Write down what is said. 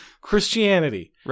Christianity